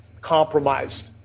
compromised